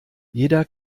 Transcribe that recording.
jeder